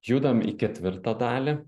judam į ketvirtą dalį